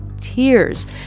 tears